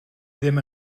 ddim